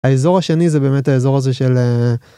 האזור השני זה באמת האזור הזה של...